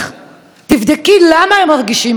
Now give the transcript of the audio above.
תבדקי למה הם מרגישים מאוימים,